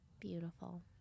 Beautiful